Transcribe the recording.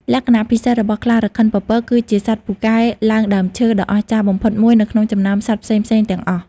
លក្ខណៈពិសេសរបស់ខ្លារខិនពពកគឺជា សត្វពូកែឡើងដើមឈើ ដ៏អស្ចារ្យបំផុតមួយនៅក្នុងចំណោមសត្វផ្សេងៗទាំងអស់។